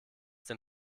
den